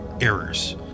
errors